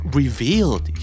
revealed